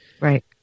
Right